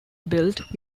built